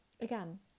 again